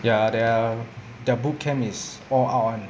ya their their boot camp is all out [one]